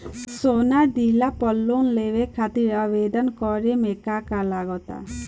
सोना दिहले पर लोन लेवे खातिर आवेदन करे म का का लगा तऽ?